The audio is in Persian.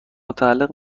متعلق